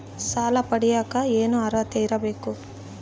ಸಾಲ ಪಡಿಯಕ ಏನು ಅರ್ಹತೆ ಇರಬೇಕು?